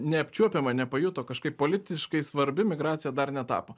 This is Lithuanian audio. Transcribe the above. neapčiuopiama nepajuto kažkaip politiškai svarbi migracija dar netapo